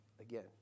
again